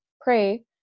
pray